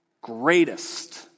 greatest